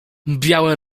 białe